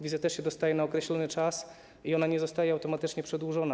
Wizę też się dostaje na określony czas i ona nie zostaje automatycznie przedłużona.